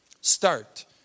Start